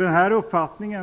Den uppfattning